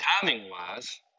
Timing-wise